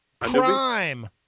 Crime